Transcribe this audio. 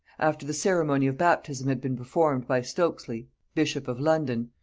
after the ceremony of baptism had been performed by stokesly bishop of london,